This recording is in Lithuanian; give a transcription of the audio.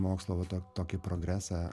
mokslo va to tokį progresą